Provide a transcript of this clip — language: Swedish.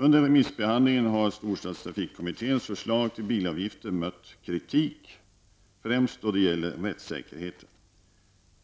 Under remissbehandlingen har STORK:s förslag till bilavgifter mött kritik främst då det gäller rättssäkerheten.